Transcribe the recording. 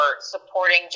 supporting